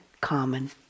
common